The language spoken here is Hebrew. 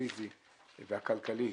הפיזי והכלכלי,